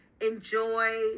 enjoy